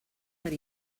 per